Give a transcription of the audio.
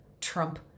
Trump